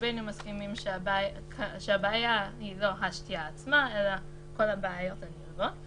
שרובנו מסכימים שהבעיה היא לא השתייה עצמה אלא כל הבעיות הנלוות.